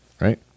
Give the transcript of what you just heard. right